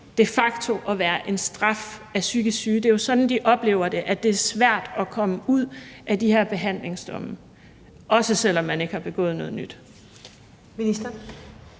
de facto at være en straf af psykisk syge. Det er jo sådan, de oplever det, altså at det er svært at komme ud af de her behandlingsdomme, også selv om man ikke har begået nogen ny